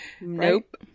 Nope